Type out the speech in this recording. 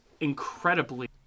incredibly